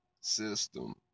System